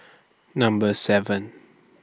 Number seven